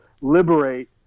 liberate